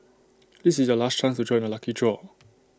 this is your last chance to join the lucky draw